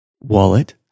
wallet